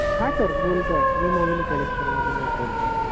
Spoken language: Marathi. हां सर बोलतो आहे मी मोहिनी कलेक्शनमधूनच बोलतो आहे